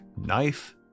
knife